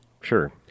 Sure